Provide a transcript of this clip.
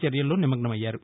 చర్యల్లో నిమగ్నమయ్యారు